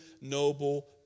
noble